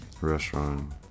restaurant